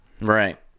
Right